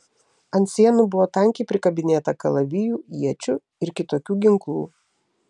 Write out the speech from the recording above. ant sienų buvo tankiai prikabinėta kalavijų iečių ir kitokių ginklų